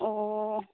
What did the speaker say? अह